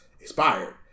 expired